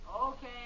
Okay